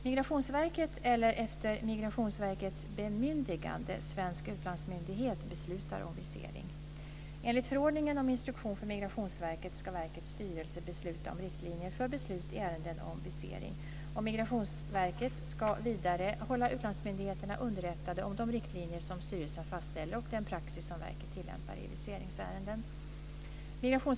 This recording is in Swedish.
Migrationsverket ska verkets styrelse besluta om riktlinjer för beslut i ärenden om visering. Migrationsverket ska vidare hålla utlandsmyndigheterna underrättade om de riktlinjer som styrelsen fastställer och den praxis som verket tillämpar i viseringsärenden.